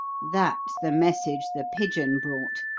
that's the message the pigeon brought.